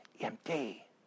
empty